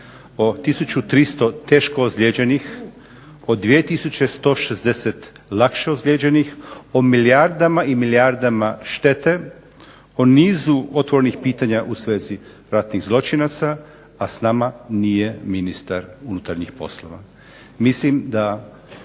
o 1300 teško ozlijeđenih, o 2160 lakše ozlijeđenih, o milijardama i milijardama štete, o nizu otvorenih pitanja u svezi ratnih zločinaca a sa nama nije ministar unutarnjih poslova.